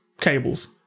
cables